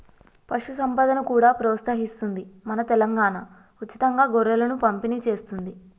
పశు సంపదను కూడా ప్రోత్సహిస్తుంది మన తెలంగాణా, ఉచితంగా గొర్రెలను పంపిణి చేస్తుంది